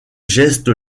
gestes